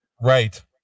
Right